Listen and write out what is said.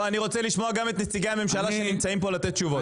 אני רוצה לשמוע גם את נציגי הממשלה שנמצאים פה לתת תשובות.